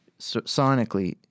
sonically